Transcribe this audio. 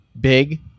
big